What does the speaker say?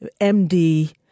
MD